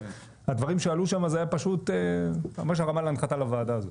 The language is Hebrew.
הדברים שעלו שם זה היה פשוט ממש הרמה להנחתה לוועדה הזאת.